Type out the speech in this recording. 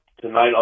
tonight